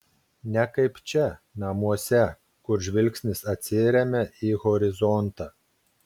ne kaip čia namuose kur žvilgsnis atsiremia į horizontą